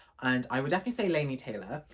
and i would definitely say laini taylor,